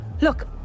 Look